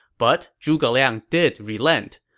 but zhuge liang did relent.